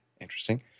Interesting